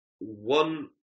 one